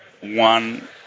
one